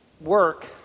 Work